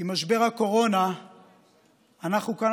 עם משבר הקורונה אנחנו כאן,